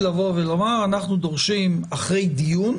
זה לבוא ולומר אחרי דיון: